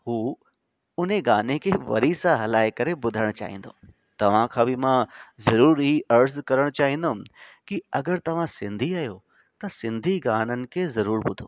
हू हुन गाने खे वरी सां हलाए करे ॿुधणु चाहींदो तव्हां खां बि मां ज़रूरी ही अर्ज़ु करणु चाहींदुमि की अगरि तव्हां सिंधी आयो त सिंधी गाननि खे ज़रूर ॿुधो